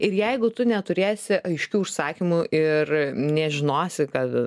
ir jeigu tu neturėsi aiškių užsakymų ir nežinosi kad